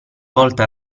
volta